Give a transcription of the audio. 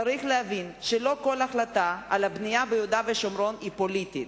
צריך להבין שלא כל החלטה על בנייה ביהודה ושומרון היא פוליטית.